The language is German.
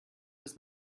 bis